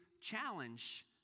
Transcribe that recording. challenge